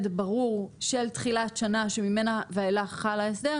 ברור של תחילת שנה שממנה ואילך חל ההסדר,